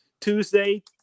Tuesday